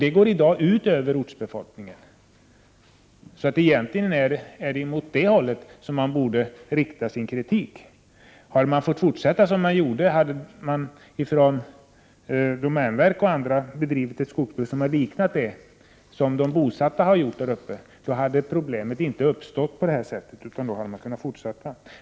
Det går i dag ut över ortsbefolkningen. Egentligen är det mot domänverket som kritiken skall riktas. Hade domänverket och bolagen bedrivit ett skogsbruk som liknat de bosattas så hade problemet inte uppstått utan man hade kunnat fortsätta.